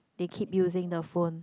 they keep using the phone